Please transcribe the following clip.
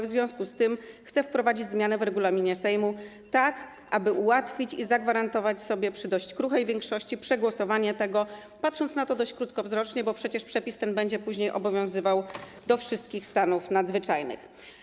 W związku z tym chce wprowadzić zmianę w regulaminie Sejmu tak, aby ułatwić i zagwarantować sobie przy dość kruchej większości przegłosowanie tego, patrząc na to dość krótkowzrocznie, bo przecież przepis ten będzie później obowiązywał w odniesieniu do wszystkich stanów nadzwyczajnych.